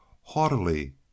haughtily